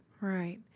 Right